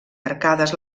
arcades